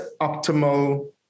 optimal